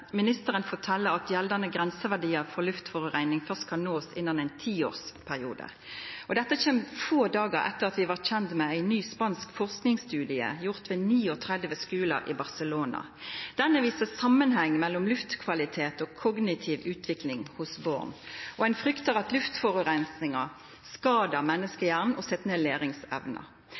luftforureining først kan nås innan ein tiårsperiode. Dette kjem få dagar etter at vi blei kjende med ein ny spansk forskingsstudie gjort ved 39 skular i Barcelona. Denne viser samanheng mellom luftkvalitet og kognitiv utvikling hos barn. Ein fryktar at luftforureininga skadar menneskehjernen og set ned